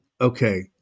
okay